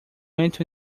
went